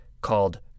called